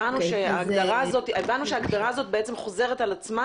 הבנו שההגדרה הזאת בעצם חוזרת על עצמה